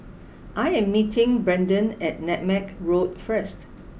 I am meeting Brendan at Nutmeg Road first